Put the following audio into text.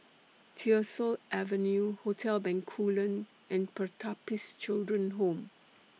Tyersall Avenue Hotel Bencoolen and Pertapis Children Home